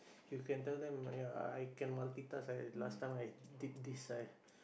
you can tell them ya I can multi task I last time I did this I